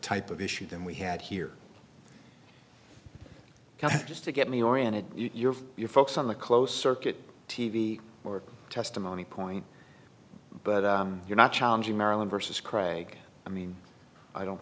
type of issue than we had here just to get me oriented your your folks on the close circuit t v or testimony point but you're not challenging marilyn versus craig i mean i don't